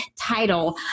title